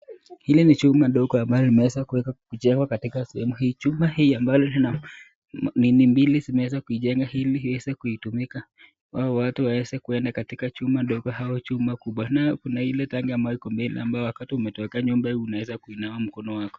Ile ni chumba ndogo ambayo imeweza kujengwa katika sehemu hii chumba hii lina nini mbili zimeweza kujenga ili iweze kutumika au watu waweze kuenda katika chumba ndogo au chumba kubwa nayo kuna ile tangi ambayo iko mbele ambayo wakati umetokea nyumba hii unaweza kunawa mkono wako.